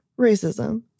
Racism